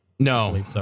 No